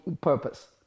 purpose